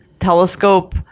telescope